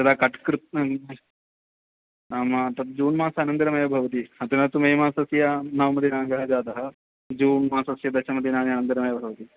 यदा कट् कृत् नाम तत् जून्मास अनन्तरमेव भवति अत्र तु मे मासस्य नवदिनाङ्कः जातः जून्मासस्य दशमदिनानि अनन्तरम् एव भवति